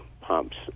pumps